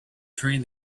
train